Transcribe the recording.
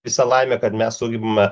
visa laimė kad mes sugebame